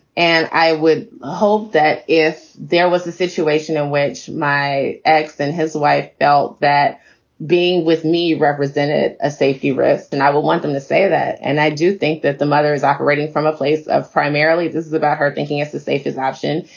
and i would hold that if there was a situation in which my ex and his wife felt that being with me represented a safety risk and i would want them to say that. and i do think that the mother is operating from a place of primarily. this is about her making us the safest option.